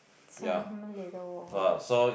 some little water